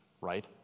right